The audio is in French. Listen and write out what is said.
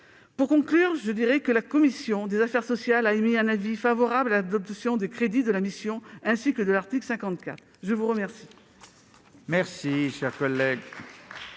Pour conclure, la commission des affaires sociales a émis un avis favorable à l'adoption des crédits de la mission, ainsi que de l'article 54. Mes chers